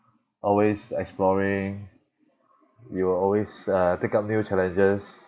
always exploring you will always uh take up new challenges